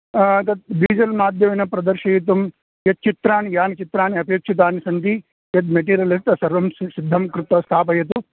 तत् डिजिटल् माध्यमेन प्रदर्शयितुं यत् चित्राणि यानि चित्राणि अपेक्षितानि सन्ति यद् मेटीरोयल् अस्ति तत्सर्वं सिद्धं कृत्वा स्थापयतु